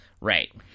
Right